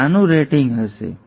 તેથી તે આનું રેટિંગ હશે